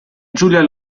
giulia